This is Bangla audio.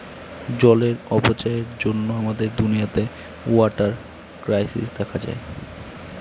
জলের অপচয়ের জন্য আমাদের দুনিয়াতে ওয়াটার ক্রাইসিস দেখা দেয়